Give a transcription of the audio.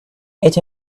it’s